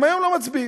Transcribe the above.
היום הם לא מצביעים,